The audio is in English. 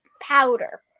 powder